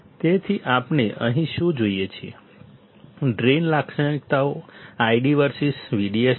તેથી આપણે અહીં શું જોઈએ છીએ ડ્રેઇન લાક્ષણિકતાઓ ID વર્સીસ VDS છે